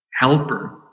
helper